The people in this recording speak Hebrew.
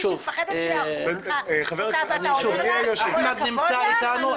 והיא פוחדת שיהרגו אותה ואתה אומר לה כל הכבוד לך?